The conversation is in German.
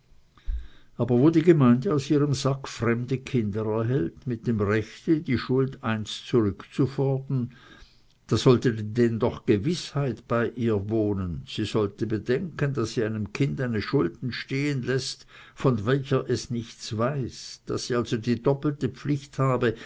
aber wo die gemeinde aus ihrem sack fremde kinder erhält mit dem rechte die schuld einst zurückzufordern da sollte denn doch gewissenhaftigkeit bei ihr wohnen sie sollte bedenken daß sie einem kinde eine schuld entstehen läßt von welcher es nichts weiß daß sie also die doppelte pflicht habe